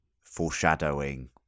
foreshadowing